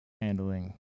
handling